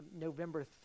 November